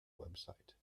website